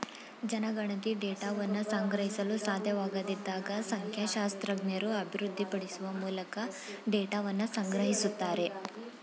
ಜನಗಣತಿ ಡೇಟಾವನ್ನ ಸಂಗ್ರಹಿಸಲು ಸಾಧ್ಯವಾಗದಿದ್ದಾಗ ಸಂಖ್ಯಾಶಾಸ್ತ್ರಜ್ಞರು ಅಭಿವೃದ್ಧಿಪಡಿಸುವ ಮೂಲಕ ಡೇಟಾವನ್ನ ಸಂಗ್ರಹಿಸುತ್ತಾರೆ